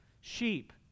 sheep